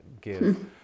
give